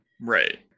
Right